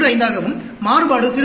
15 ஆகவும் மாறுபாடு 0